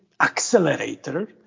accelerator